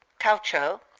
caucho,